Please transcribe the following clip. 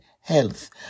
health